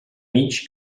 mig